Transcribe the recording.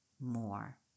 more